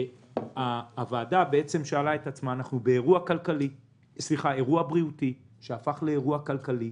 הוועדה שאלה את עצמה אנחנו באירוע בריאותי שהפך לאירוע כלכלי.